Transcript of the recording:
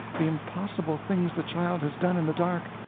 the impossible things the child has done in the dark,